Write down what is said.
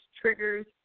triggers